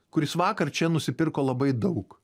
kuris vakar čia nusipirko labai daug